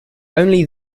only